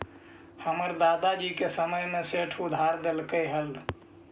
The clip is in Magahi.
हमर दादा जी के समय में सेठ उधार देलकइ हल